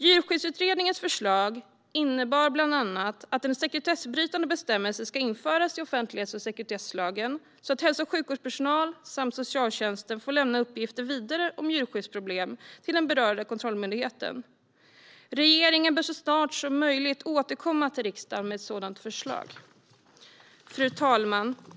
Djurskyddsutredningens förslag innebar bland annat att en sekretessbrytande bestämmelse ska införas i offentlighets och sekretesslagen så att hälso och sjukvårdspersonal samt socialtjänsten får lämna uppgifter vidare om djurskyddsproblem till den berörda kontrollmyndigheten. Regeringen bör så snart som möjligt återkomma till riksdagen med ett sådant förslag. Fru talman!